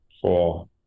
four